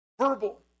verbal